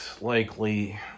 likely